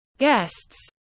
Guests